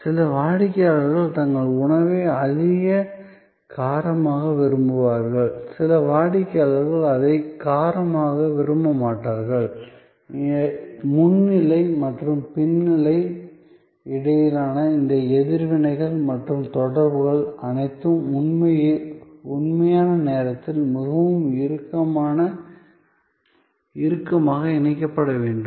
சில வாடிக்கையாளர்கள் தங்கள் உணவை அதிக காரமாக விரும்புவார்கள் சில வாடிக்கையாளர்கள் அதை காரமாக விரும்பமாட்டார்கள் முன் நிலை மற்றும் பின் நிலைக்கு இடையேயான இந்த எதிர்வினைகள் மற்றும் தொடர்புகள் அனைத்தும் உண்மையான நேரத்தில் மிகவும் இறுக்கமாக இணைக்கப்பட வேண்டும்